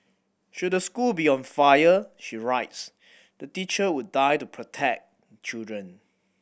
should the school be on fire she writes the teacher would die to protect children